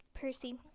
Percy